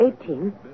Eighteen